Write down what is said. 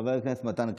חבר הכנסת מתן כהנא,